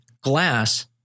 Glass